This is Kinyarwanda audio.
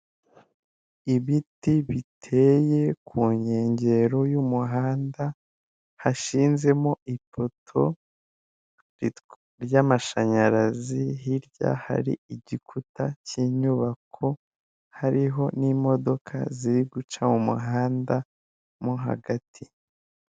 Ibiti biteye ku nkengero y'umuhanda hashizemo ipoto ry'amashanyarazi hirya hari igikuta cy'inyubako hariho n'imodoka ziri guca mu muhanda hagati.